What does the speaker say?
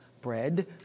bread